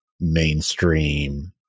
mainstream